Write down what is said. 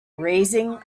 raising